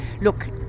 Look